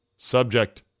Subject